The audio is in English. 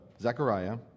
Zechariah